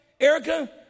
Erica